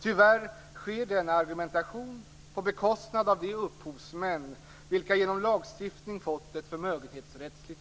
Tyvärr förs denna argumentation på bekostnad av de upphovsmän vilka genom lagstiftning fått ett förmögenhetsrättsligt skydd.